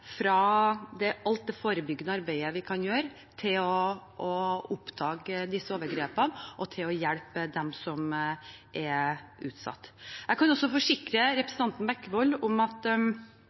alt det forebyggende arbeidet vi kan gjøre, til å oppdage disse overgrepene og hjelpe dem som er utsatt. Jeg kan også forsikre representanten Bekkevold om at